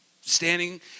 standing